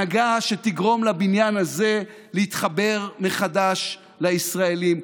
הנהגה שתגרום לבניין הזה להתחבר מחדש לישראלים,